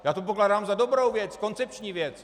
Já to pokládám za dobrou věc, koncepční věc.